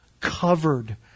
covered